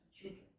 children